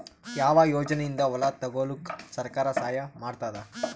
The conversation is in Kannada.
ಯಾವ ಯೋಜನೆಯಿಂದ ಹೊಲ ತೊಗೊಲುಕ ಸರ್ಕಾರ ಸಹಾಯ ಮಾಡತಾದ?